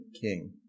king